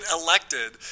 elected